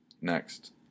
Next